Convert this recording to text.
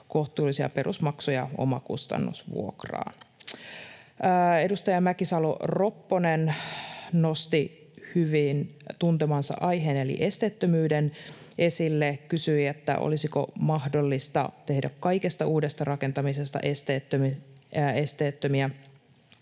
kohtuullisia perusmaksuja omakustannusvuokraan. Edustaja Mäkisalo-Ropponen nosti hyvin tuntemansa aiheen eli esteettömyyden esille, kysyi, olisiko mahdollista tehdä kaikista uusista rakennuksista esteettömiä.